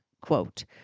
Quote